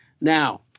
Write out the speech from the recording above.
Now